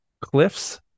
cliffs